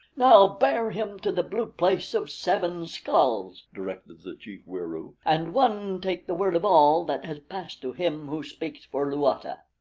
now bear him to the blue place of seven skulls, directed the chief wieroo, and one take the word of all that has passed to him who speaks for luata.